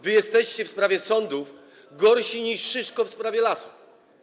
Wy jesteście w sprawie sądów gorsi niż Szyszko w sprawie lasów.